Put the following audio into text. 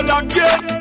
again